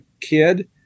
kid